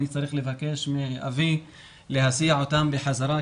אני צריך לבקש מאבי להסיע אותם בחזרה.